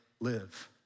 Live